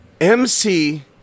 MC